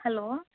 hello